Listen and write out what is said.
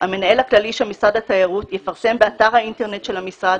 המנהל הכללי של משרד התיירות יפרסם באתר האינטרנט של המשרד